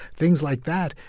things like that,